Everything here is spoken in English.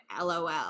lol